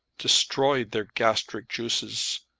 destroyed their gastric juices,